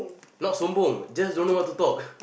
not just don't know what to talk